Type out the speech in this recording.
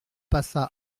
passa